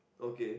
okay